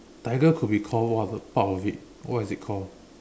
tiger could be called one of the part of it what is it called